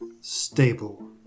Stable